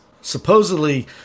supposedly